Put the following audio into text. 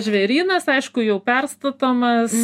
žvėrynas aišku jau perstatomas